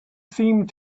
seemed